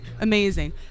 Amazing